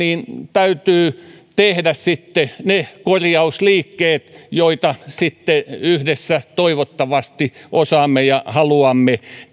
täytyy tehdä ne korjausliikkeet joita sitten yhdessä toivottavasti osaamme ja haluamme